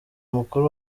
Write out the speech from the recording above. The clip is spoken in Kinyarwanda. mukuru